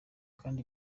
kandi